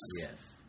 Yes